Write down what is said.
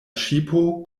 ŝipo